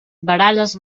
baralles